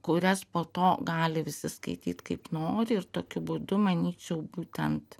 kurias po to gali visi skaityt kaip nori ir tokiu būdu manyčiau būtent